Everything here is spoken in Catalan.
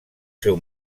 seu